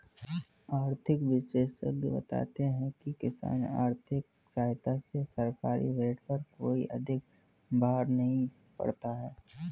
आर्थिक विशेषज्ञ बताते हैं किसान आर्थिक सहायता से सरकारी बजट पर कोई अधिक बाहर नहीं पड़ता है